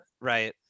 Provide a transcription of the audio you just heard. right